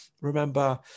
remember